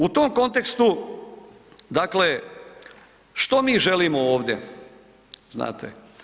U tom kontekstu, dakle što mi želimo ovde, znate?